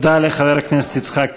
תודה לחבר הכנסת יצחק כהן,